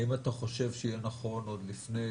האם אתה חושב שיהיה נכון עוד לפני